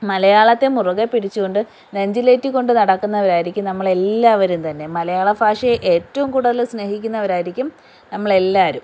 മലയാളത്തെ മുറുകെ പിടിച്ചുകൊണ്ട് നെഞ്ചിലേറ്റിക്കൊണ്ട് നടക്കുന്നവർ ആയിരിക്കും നമ്മൾ എല്ലാവരും തന്നെ മലയാളഭാഷയെ ഏറ്റവും കൂടുതൽ സ്നേഹിക്കുന്നവരായിരിക്കും നമ്മൾ എല്ലാവരും